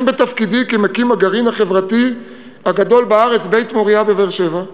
הן בתפקידי כמקים הגרעין החברתי הגדול בארץ "בית מוריה" בבאר-שבע,